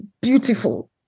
beautiful